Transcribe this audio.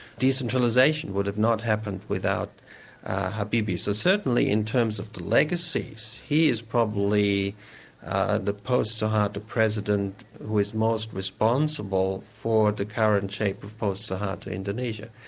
decentralisation would have not happened without habibie, so certainly in terms of the legacies, he is probably ah the post-soeharto president who is most responsible for the current shape of post-soeharto indonesia.